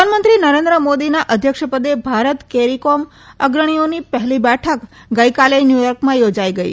પ્રધાનમંત્રી નરેન્દ્ર મોદીના અધ્યક્ષ પદે ભારત કેરીકોમ અગ્રણીઓની પહેલી બેઠક ગઈકાલે ન્યુયોકેમાં યોજાઈ ગઈ